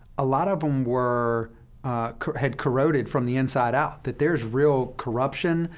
a lot of them were had corroded from the inside out that there is real corruption.